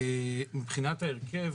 מבחינת ההרכב,